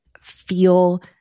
feel